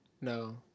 No